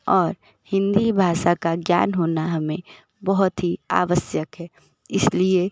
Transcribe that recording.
और हिंदी भाषा का ज्ञान होना हमें बहुत ही आवश्यक है इसलिए